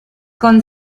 con